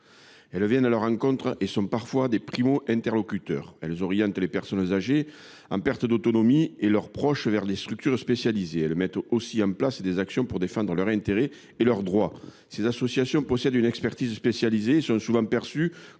Elles viennent à leur rencontre et sont parfois des primo interlocutrices. Elles orientent les personnes âgées en perte d’autonomie et leurs proches vers des structures spécialisées. Elles mettent aussi en place des actions pour défendre leurs intérêts et leurs droits. Ces associations possèdent une expertise spécialisée et sont souvent perçues